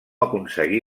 aconseguí